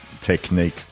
technique